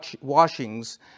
washings